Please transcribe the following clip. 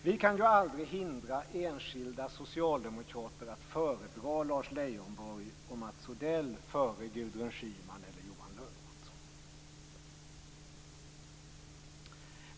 Vi kan aldrig hindra enskilda socialdemokrater att föredra Lars Leijonborg och Mats Odell före Gudrun Schyman eller Johan Lönnroth.